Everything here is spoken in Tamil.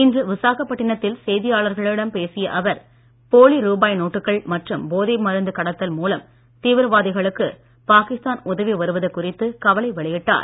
இன்று விசாகப்பட்டினத்தில் செய்தியாளர்களிடம் பேசிய அவர் போலி ரூபாய் நோட்டுக்கள் மற்றும் போதை மருந்து கடத்தல் மூலம் தீவிரவாதிகளுக்கு பாகிஸ்தான் உதவி வருவது குறித்துக் கவலை வெளியிட்டார்